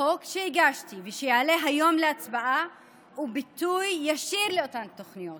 החוק שהגשתי ויעלה היום להצבעה הוא ביטוי ישיר לאותן תוכניות,